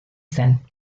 zen